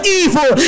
evil